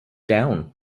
down